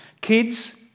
Kids